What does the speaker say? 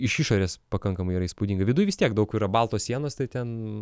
iš išorės pakankamai yra įspūdinga viduj vis tiek daug yra baltos sienos tai ten